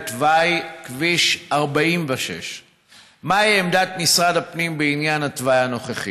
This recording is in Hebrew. לתוואי כביש 46. 1. מהי עמדה משרד הפנים בעניין התוואי הנוכחי?